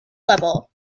level